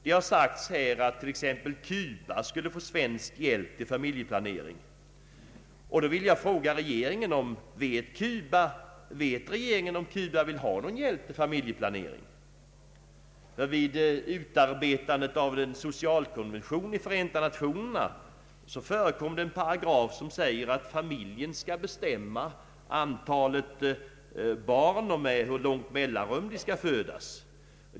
Det har sagts att t.ex. Cuba skulle få svensk hjälp till familjeplanering. Då vill jag fråga om regeringen vet om Cuba vill ha någon hjälp till familjeplanering? Vid utarbetandet av socialkonventionen i Förenta nationerna infördes en paragraf som säger att familjen skall bestämma om antalet barn och med hur långt mellanrum de skall födas.